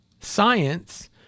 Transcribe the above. science